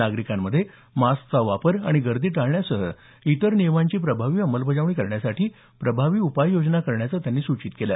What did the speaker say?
नागरिकांमध्ये मास्कचा वापर आणि गर्दी टाळण्यासह इतर नियमांची प्रभावी अंमलबजावणी करण्यासाठी प्रभावी उपाययोजना करण्याचे सूचित केलं